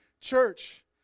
church